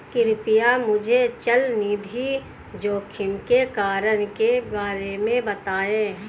कृपया मुझे चल निधि जोखिम के कारणों के बारे में बताएं